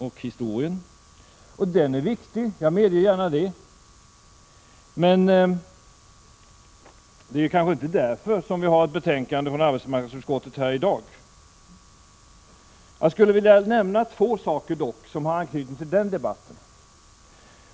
Jag medger gärna att historien är viktig, men det är nog inte därför vi har ett betänkande från arbetsmarknadsutskottet att 87 behandla i dag. Jag skulle dock vilja nämna två saker som har anknytning till den debatten.